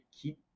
keep